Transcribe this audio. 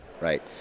Right